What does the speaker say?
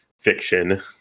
fiction